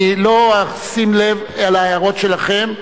אני לא אשים לב להערות שלכם.